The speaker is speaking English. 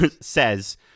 says